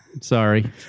Sorry